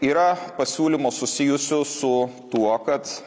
yra pasiūlymų susijusių su tuo kad